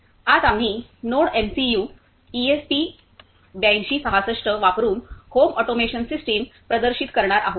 आज आम्ही NodeMCU ESP 8266 वापरून होम ऑटोमेशन सिस्टम प्रदर्शित करणार आहोत